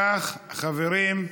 אם כך, חברים,